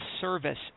service